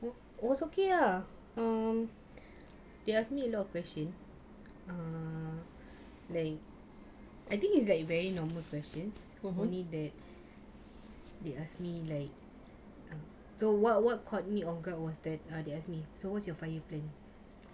it was okay lah um they ask me a lot of question I think it's like very normal questions were only there they ask me like so what what caught me off guard was that err they ask me so what's your five year plan